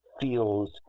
feels